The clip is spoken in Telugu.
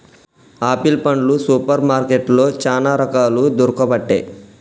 ఆపిల్ పండ్లు సూపర్ మార్కెట్లో చానా రకాలు దొరుకబట్టె